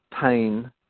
pain